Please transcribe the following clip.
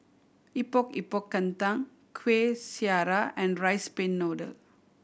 Epok Epok Kentang Kueh Syara and rice pin noodle